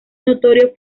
notorio